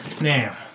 Now